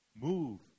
move